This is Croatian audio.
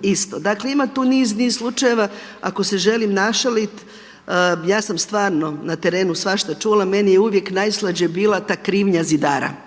isto. Dakle, ima tu niz slučajeva ako se želim našaliti, ja sam stvarno na terenu svašta čula. Meni je uvijek najslađe bila ta krivnja zidara.